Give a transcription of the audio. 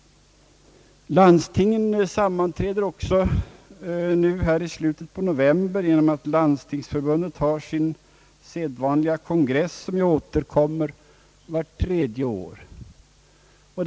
Landstingen sammanträffar i slutet av november månad då Landstingsförbundet har sin sedvanliga vart annat år återkommande kongress.